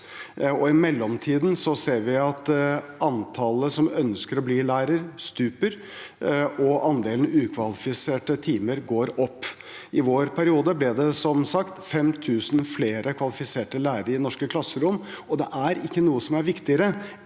i mellomtiden ser vi at antallet som ønsker å bli lærer, stuper, og andelen ukvalifiserte timer går opp. I vår periode ble det som sagt 5 000 flere kvalifiserte lærere i norske klasserom, og det er ikke noe som er viktigere